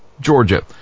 Georgia